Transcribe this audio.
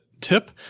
tip